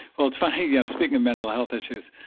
well, it's funny yeah speaking of mental health issues.